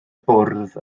bwrdd